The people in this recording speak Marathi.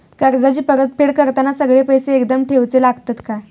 कर्जाची परत फेड करताना सगळे पैसे एकदम देवचे लागतत काय?